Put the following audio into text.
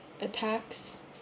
attacks